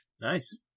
nice